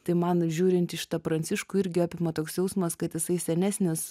tai man žiūrint į šitą pranciškų irgi apima toks jausmas kad jisai senesnis